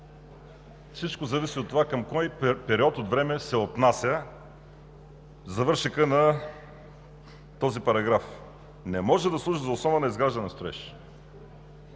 всичко зависи от това към кой период от време се отнася завършекът на този параграф. „Не може да служи за основа на изграждане на строеж“